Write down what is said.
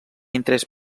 interès